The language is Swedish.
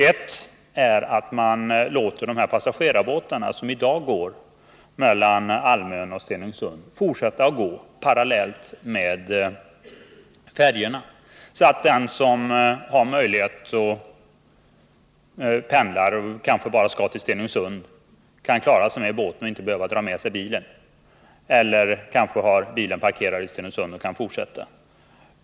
Ett sätt är att låta de passagerarbåtar, som i dag går mellan Almön och Stenungsund, få fortsätta att gå parallellt med färjorna, så att den som pendlar och kanske bara skall till Stenungsund kan klara sig med båten och inte behöver dra med sig bilen. Det kan ju också vara så att man har bilen parkerad i Stenungsund och kan fortsätta därifrån.